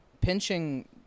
pinching